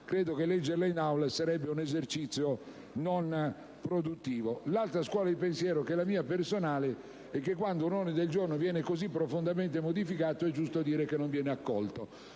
credo che leggerla in Aula sarebbe un esercizio non produttivo. L'altra scuola di pensiero, la mia personale, è che quando un ordine del giorno viene così profondamente modificato, è giusto dire che non viene accolto.